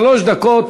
שלוש דקות.